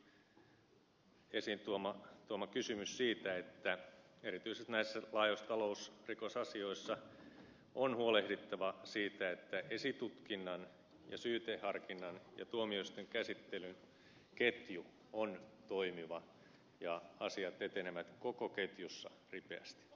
zyskowiczinkin esiin tuoma kysymys siitä että erityisesti näissä laajoissa talousrikosasioissa on huolehdittava siitä että esitutkinnan ja syyteharkinnan ja tuomioistuinkäsittelyn ketju on toimiva ja asiat etenevät koko ketjussa ripeästi